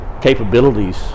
capabilities